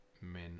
men